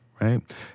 right